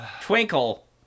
twinkle